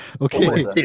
okay